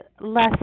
less